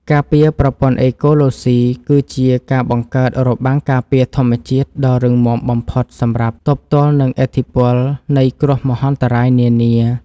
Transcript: ការពារប្រព័ន្ធអេកូឡូស៊ីគឺជាការបង្កើតរបាំងការពារធម្មជាតិដ៏រឹងមាំបំផុតសម្រាប់ទប់ទល់នឹងឥទ្ធិពលនៃគ្រោះមហន្តរាយនានា។